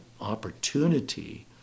opportunity